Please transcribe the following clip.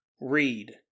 Read